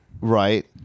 right